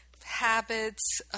habits